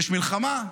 יש מלחמה.